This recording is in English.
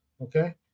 okay